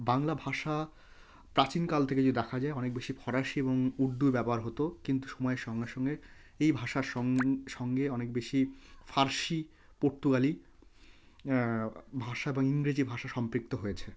বাংলা ভাষা প্রাচীনকাল থেকে যদি দেখা যায় অনেক বেশি ফরাসি এবং উর্দুর ব্যবহার হতো কিন্তু সময়ের সঙ্গে সঙ্গে এই ভাষার সঙ্গে অনেক বেশি ফার্সি পর্তুগালি ভাষা বা ইংরেজি ভাষা সম্পৃক্ত হয়েছে